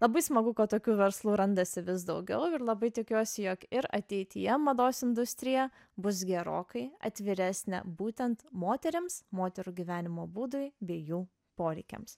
labai smagu kad tokių verslų randasi vis daugiau ir labai tikiuosi jog ir ateityje mados industrija bus gerokai atviresnė būtent moterims moterų gyvenimo būdui bei jų poreikiams